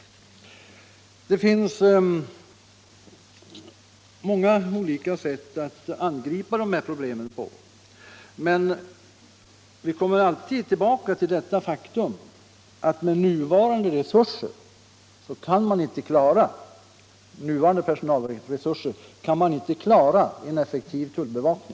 Det finns många olika sätt att angripa det här problemet på, men vi kommer alltid tillbaka till detta faktum att med nuvarande personalresurser kan man inte klara en effektiv tullbevakning.